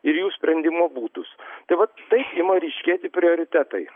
ir jų sprendimo būdus tai vat taip ima ryškėti prioritetai